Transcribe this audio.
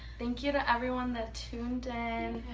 thank you to everyone that tuned in.